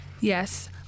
Yes